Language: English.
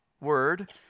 word